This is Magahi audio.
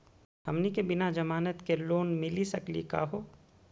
हमनी के बिना जमानत के लोन मिली सकली क हो?